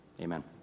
Amen